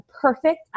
perfect